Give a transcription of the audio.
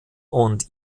und